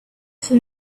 for